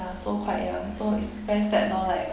ya so quite young so is very sad lor like